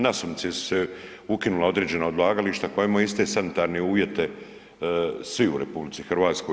Nasumice su se ukinula određena odlagališta koja imaju iste sanitarne uvjete svi u RH.